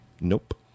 Nope